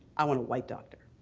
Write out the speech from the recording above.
i want a white doctor.